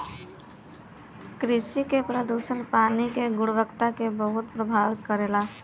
कृषि के प्रदूषक पानी के गुणवत्ता के बहुत प्रभावित करेला